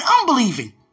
unbelieving